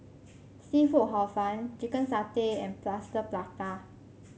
seafood Hor Fun Chicken Satay and Plaster Prata